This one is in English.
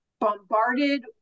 bombarded